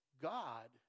God